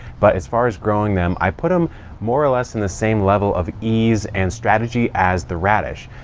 but as far as growing them, i put them more or less in the same level of ease and strategy as the radish.